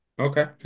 Okay